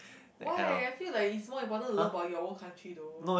why I feel like it's more important to love about your own country though